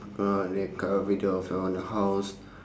uh record a video of your own house